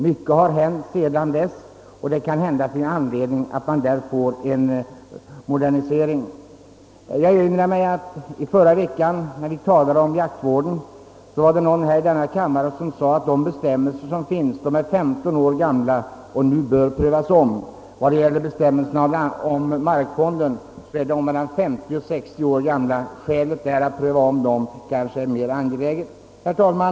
Mycket har hänt sedan dess, och det kan nog finnas anledning att modernisera dessa bestämmelser. Jag erinrar mig att någon ledamot av denna kammare förra veckan, då vi talade om jaktvården, sade att de bestämmelser som gäller på det området är femton år gamla och därför bör prövas om. Bestämmelserna om markfonden är mellan 50 och 60 år gamla. Att se över dem, är kanske ännu mera angeläget. Herr talman!